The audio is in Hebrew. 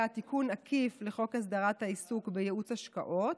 תיקון עקיף לחוק הסדרת העיסוק בייעוץ השקעות,